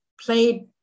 played